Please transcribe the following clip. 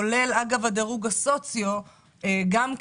כולל הדירוג הסוציו-אקונומי,